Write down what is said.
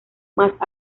más